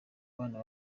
abana